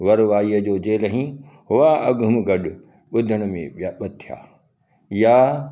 वरवाहीअ जो जे रही वाह अघुम गॾ ॿुधण में ॿिया ॿ थिया या